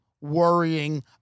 worrying